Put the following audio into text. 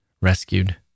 rescued